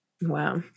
Wow